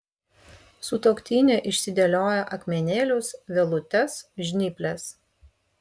sutuoktinė išsidėlioja akmenėlius vielutes žnyples